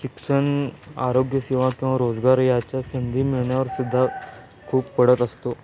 शिक्षण आरोग्यसेवा किंवा रोजगार याच्या संधी मिळण्यावरसुद्धा खूप पडत असतो